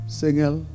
single